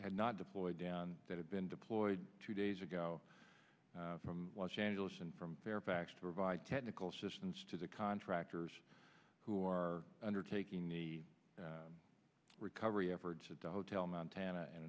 not deployed that have been deployed two days ago from los angeles and from fairfax to provide technical assistance to the contractors who are undertaking the recovery efforts at the hotel montana and